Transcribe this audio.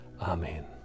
Amen